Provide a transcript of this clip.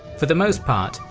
for the most part,